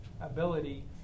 ability